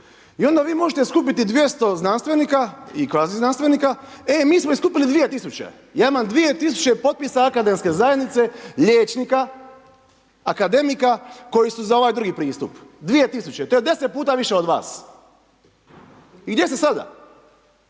i onda vi možete skupiti 200 znanstvenika i kvaziznanstvenika e mi smo ih skupili 2.000, ja imam 2.000 potpisa akademske zajednice, liječnika, akademika koji su za ovaj drugi pristup, 2.000, to je 10 puta više od vas, i gdje ste sada,